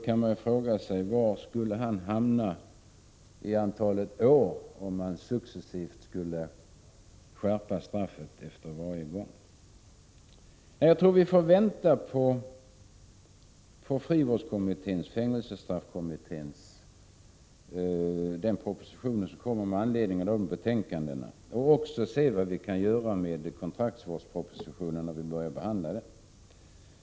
Man kan fråga sig hur många års strafftid han skulle få, om straffet successivt skulle skärpas efter varje dom. Jag tror att vi på denna punkt får avvakta de propositioner som kommer med anledning av frivårdskommitténs och fängelsestraffkommitténs betänkanden liksom även behandlingen av kontraktvårdspropositionen. Fru talman!